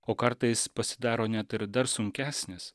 o kartais pasidaro net ir dar sunkesnis